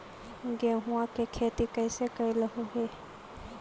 गेहूआ के खेती कैसे कैलहो हे?